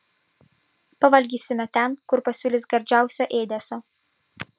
pavalgysime ten kur pasiūlys gardžiausio ėdesio